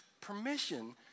permission